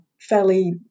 fairly